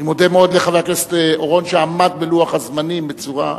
אני מודה מאוד לחבר הכנסת אורון שעמד בלוח הזמנים בצורה,